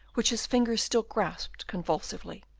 which his fingers still grasped convulsively.